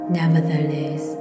nevertheless